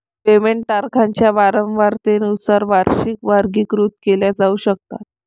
payment तारखांच्या वारंवारतेनुसार वार्षिकी वर्गीकृत केल्या जाऊ शकतात